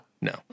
No